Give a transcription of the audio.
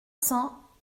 cents